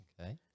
Okay